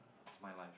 of my life